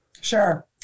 Sure